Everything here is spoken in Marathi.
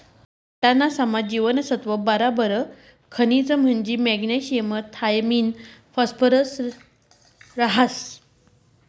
वाटाणासमा जीवनसत्त्व बराबर खनिज म्हंजी मॅग्नेशियम थायामिन फॉस्फरस रहास